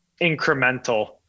incremental